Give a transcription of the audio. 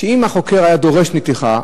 אם החוקר היה דורש נתיחה,